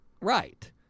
Right